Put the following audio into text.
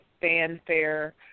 fanfare